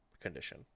condition